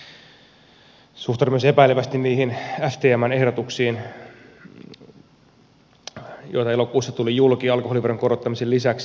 suhtaudun myös epäilevästi niihin stmn ehdotuksiin joita elokuussa tuli julki alkoholiveron korottamisen lisäksi